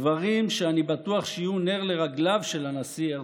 דברים שאני בטוח שיהיו נר לרגליו של הנשיא הרצוג.